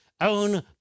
own